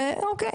אוקיי,